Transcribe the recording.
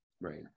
Right